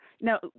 Now